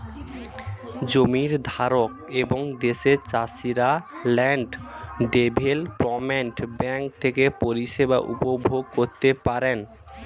জমির ধারক এবং দেশের চাষিরা ল্যান্ড ডেভেলপমেন্ট ব্যাঙ্ক থেকে পরিষেবা উপভোগ করতে পারেন